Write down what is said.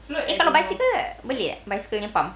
eh kalau bicycle boleh eh bicycle punya pump